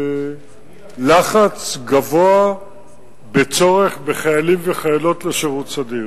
לחץ גבוה בצורך בחיילים וחיילות בשירות סדיר.